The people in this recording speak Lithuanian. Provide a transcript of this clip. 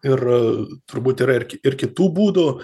ir turbūt yra ir ir kitų būdų